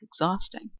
exhausting